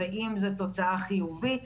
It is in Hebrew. ואם זו תוצאה חיובית